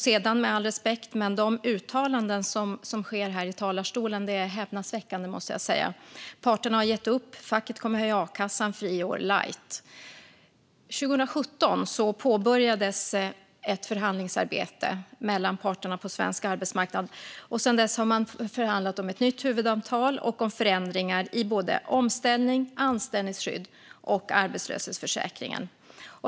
Med all respekt är de uttalanden som görs här i talarstolen häpnadsväckande: Parterna har gett upp. Facket kommer att höja a-kassan. Friår light. År 2017 påbörjades ett förhandlingsarbete mellan parterna på svensk arbetsmarknad. Sedan dess har man förhandlat om ett nytt huvudavtal och om förändringar i omställning, anställningsskydd och arbetslöshetsförsäkring.